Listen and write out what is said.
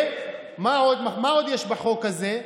מה עוד יש בחוק הזה?